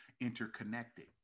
interconnected